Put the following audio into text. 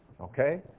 Okay